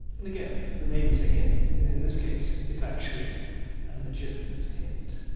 and again, the name is a hint. and in this case it's actually a legitimate hint.